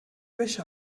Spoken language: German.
wäsche